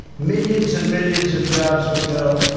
millions and millions of jobs would go.